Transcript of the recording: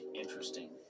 interesting